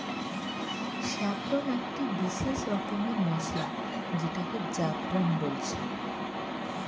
saffron একটি বিসেস রকমের মসলা যেটাকে জাফরান বলছে